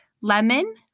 lemon